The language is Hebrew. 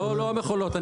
לא המכולות.